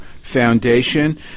Foundation